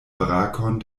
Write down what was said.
brakon